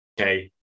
okay